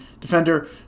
Defender